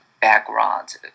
background